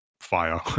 fire